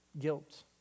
guilt